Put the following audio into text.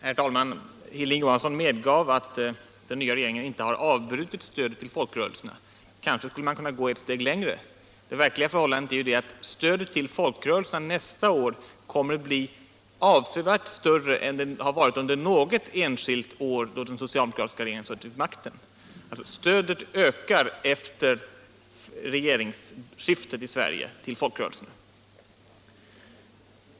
Herr talman! Hilding Johansson medgav att den nya regeringen inte avbrutit stödet till folkrörelserna. Kanske skulle han kunna gå ett steg längre. Det verkliga förhållandet är ju att stödet till folkrörelserna nästa år kommer att bli avsevärt större än vad det varit under något enda enskilt år då den socialdemokratiska regeringen suttit vid makten. Stödet till folkrörelserna har ökat efter regeringsskiftet i höstas.